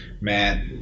matt